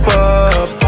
up